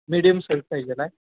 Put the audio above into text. medium सैल पाहिजे आहे